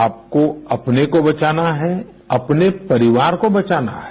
आपको अपने को बचाना है अपने परिवार को बचाना है